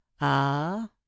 Ah